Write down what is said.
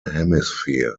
hemisphere